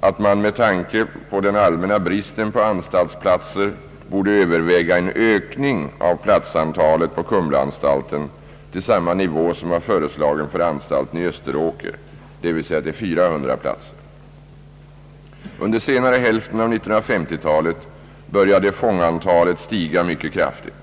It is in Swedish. att man med tanke på den allmänna bristen på anstaltsplatser borde överväga en ökning av platsantalet på Kumlaanstalten till samma nivå som var föreslagen för anstalten i Österåker, dvs. till 400 platser. Under senare hälften av 1950-talet började fångantalet stiga mycket kraftigt.